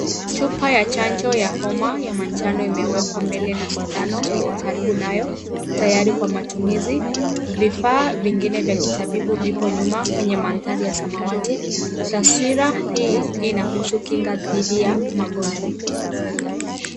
Chupa ya chanjo ya homa ya manjano imewekwa mbele na sindano iko karibu nayo, tayari kwa matumizi. Vifaa vingine vya kitabibu vipo nyuma kwa mandhari ya samawati. Taswira hii inahusu dhidi ya kinga ya magonjwa.